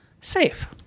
safe